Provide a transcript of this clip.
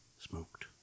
smoked